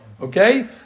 Okay